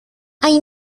hay